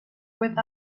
with